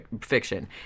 fiction